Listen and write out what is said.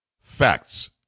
Facts